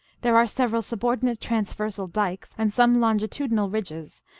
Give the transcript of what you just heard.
there are several subordinate transversal dikes and some longitudinal ridges,